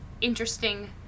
interesting